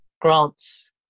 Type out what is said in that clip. Grant's